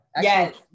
Yes